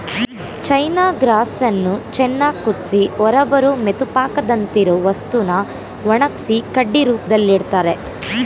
ಚೈನ ಗ್ರಾಸನ್ನು ಚೆನ್ನಾಗ್ ಕುದ್ಸಿ ಹೊರಬರೋ ಮೆತುಪಾಕದಂತಿರೊ ವಸ್ತುನ ಒಣಗ್ಸಿ ಕಡ್ಡಿ ರೂಪ್ದಲ್ಲಿಡ್ತರೆ